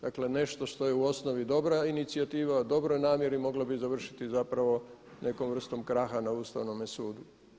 Dakle nešto što je u osnovi dobra inicijativa, u dobroj namjeri moga bi završiti zapravo nekom vrstom kraha na Ustavnome sudu.